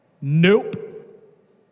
nope